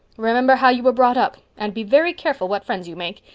remember how you were brought up. and be very careful what friends you make.